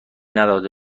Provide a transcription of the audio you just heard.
نداده